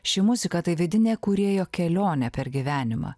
ši muzika tai vidinė kūrėjo kelionė per gyvenimą